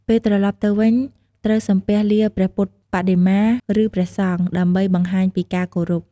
ពេលត្រឡប់ទៅវិញ ត្រូវសំពះលាព្រះពុទ្ធបដិមា ឬព្រះសង្ឃ ដើម្បីបង្ហាញពីការគោរព។